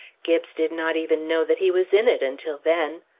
gibbes did not even know that he was in it, until then.